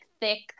thick